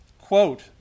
Quote